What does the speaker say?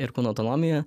ir kūno autonomija